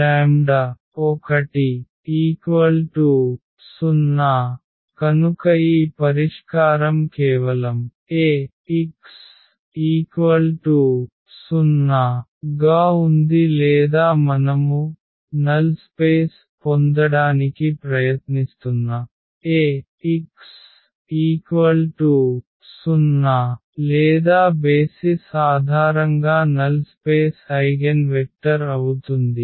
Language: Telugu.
10 కనుక ఈ పరిష్కారం కేవలం Ax 0 గా ఉంది లేదా మనము శూన్య స్థలం పొందడానికి ప్రయత్నిస్తున్న Ax 0 లేదా బేసిస్ ఆధారంగా నల్ స్పేస్ ఐగెన్వెక్టర్ అవుతుంది